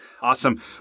awesome